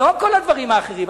לא כל הדברים האחרים.